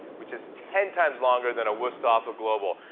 which is ten times longer than a wusthof or global.